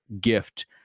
gift